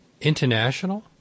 international